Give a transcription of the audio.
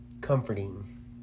comforting